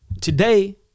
today